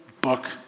book